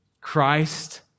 Christ